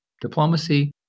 diplomacy